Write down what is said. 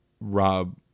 Rob